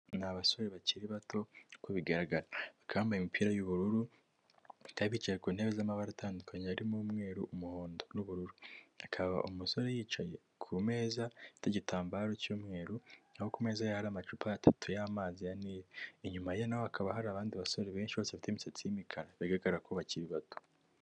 Ni basore bakiri bato uko bigaragara. Bakaba bambaye imipira y'ubururu, bakaba bicaye ku ntebe z'amabara atandukanye arimo umweru, umuhondo, n'ubururu. Akaba umusore yicaye ku meza ifite igitambaro cy'umweru, naho ku meza hari amacupa atatu y'amazi ya Nili. Inyuma ye nawe hakaba hari abandi basore benshi bose bafite imisatsi y'imikara bigaragara ko bakiri bato.